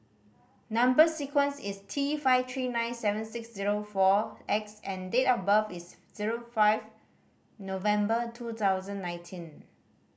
number sequence is T five three nine seven six zero four X and date of birth is zero five November two thousand nineteen